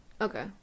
Okay